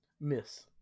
Miss